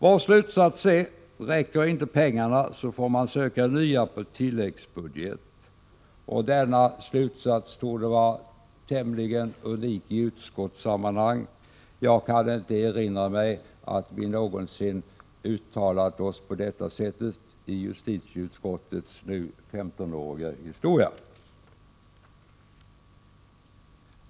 Vår slutsats är: Räcker inte pengarna, får man söka nya på tilläggsbudget. Denna slutsats torde vara tämligen unik i utskottssammanhang. Jag kan inte erinra mig att vi någonsin uttalat oss på detta sätt i justitieutskottets nu 15-åriga historia.